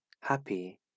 happy